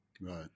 Right